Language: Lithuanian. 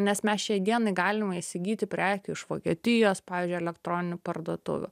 nes mes šiai dienai galime įsigyti prekių iš vokietijos pavyzdžiui elektroninių parduotuvių